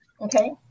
Okay